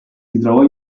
ritrovò